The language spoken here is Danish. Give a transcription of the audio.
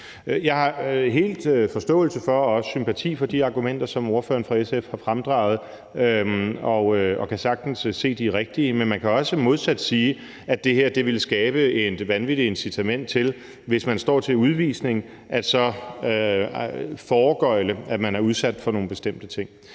Jeg har fuld forståelse og også sympati for de argumenter, som ordføreren for SF har fremdraget, og kan sagtens se, at de er rigtige, men man kan modsat også sige, at det her ville skabe et vanvittigt incitament til, hvis man står til udvisning, så at foregøgle, at man er udsat for nogle bestemte ting.